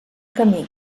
camí